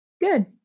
good